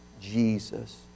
Jesus